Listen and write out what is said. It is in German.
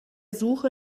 suche